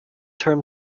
term